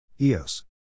Eos